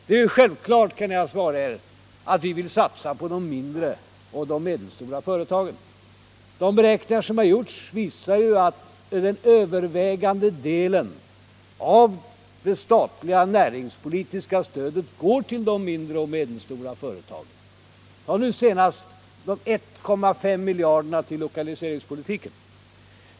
Det är självklart, kan jag svara er, att vi vill satsa på de mindre och medelstora företagen. De beräkningar som gjorts visar att den övervägande delen av det statliga näringspolitiska stödet går till de mindre och medelstora företagen. Tag nu senast de 1,5 miljarderna till lokaliseringspolitiken.